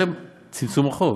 אילולא צמצום החוב,